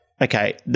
Okay